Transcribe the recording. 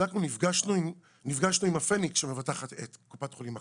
נפגשנו עם הפניקס, שמבטחת את קופת חולים מכבי.